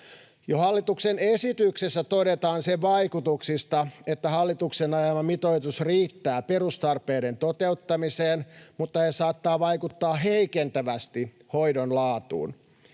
hallituksen esityksessä todetaan sen vaikutuksista, että hallituksen ajama mitoitus riittää perustarpeiden toteuttamiseen, mutta se saattaa vaikuttaa heikentävästi hoidon laatuun.